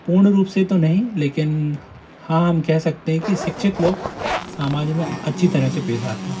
पूर्ण रूप से तो नहीं लेकिन हाँ हम कह सकते हैं कि शिक्षित लोग सामाज में अच्छी तरह से पेश आते हैं